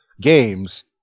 games